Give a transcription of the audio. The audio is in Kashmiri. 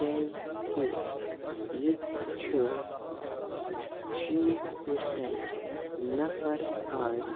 کیازِ کہِ ییٚتہِ چھُ شیٖتھ پٔرسینٛٹ نَفر آز